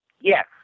Yes